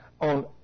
on